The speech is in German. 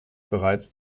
bereits